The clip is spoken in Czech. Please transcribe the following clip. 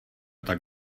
tak